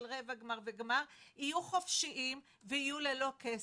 של רבע גמר וגמר יהיו חופשיים וללא כסף,